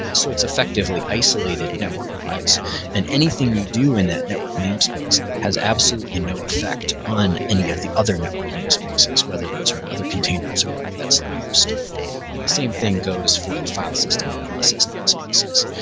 so it's effectively isolated network bias and anything you do in that network name space has absolutely no effect on any of the other network name spaces, whether those are in other containers or whether that's the host and the same thing goes for the file system in process namespaces.